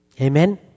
Amen